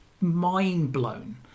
mind-blown